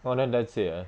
well then that's it eh